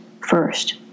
first